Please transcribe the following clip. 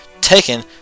taken